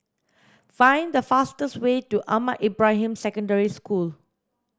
find the fastest way to Ahmad Ibrahim Secondary School